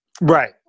Right